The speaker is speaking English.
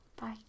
Bye